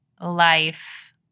life